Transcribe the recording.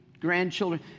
grandchildren